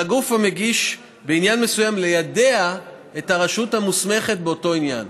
על הגוף המגיש בעניין מסוים ליידע את הרשות המוסמכת באותו עניין